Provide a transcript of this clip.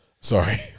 Sorry